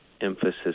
emphasis